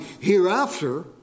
hereafter